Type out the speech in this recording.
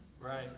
Right